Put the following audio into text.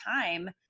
time